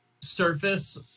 surface